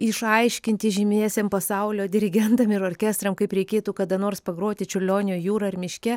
išaiškinti žymiesiem pasaulio dirigentam ir orkestram kaip reikėtų kada nors pagroti čiurlionio jūrą ar miške